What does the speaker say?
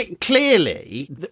clearly